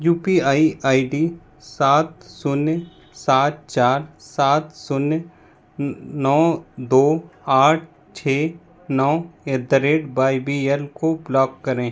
you P I I D सात शून्य सात चार सात शून्य नौ दो आठ छः नौ at the rate Y B L को ब्लॉक करें